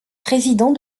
président